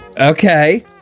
Okay